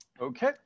Okay